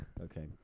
Okay